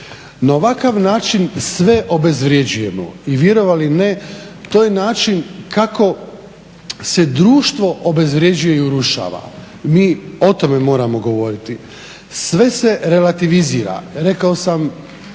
Na ovakav način sve obezvrjeđujemo i vjerovali ili ne to je način kako se društvo obezvrjeđuje i urušava. Mi o tome moramo govoriti. Sve se relativizira, rekao sam